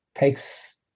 takes